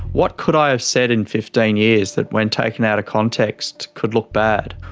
what could i have said in fifteen years that when taken out of context could look bad?